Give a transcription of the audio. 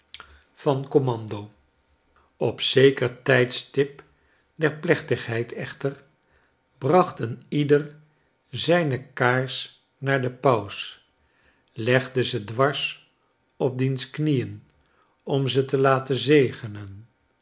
van commando op zeker tijdstip der plechtigheid echter bracht een ieder zijne kaars naar den paus iegde ze dwars op diens kniesn om ze te laten zegenen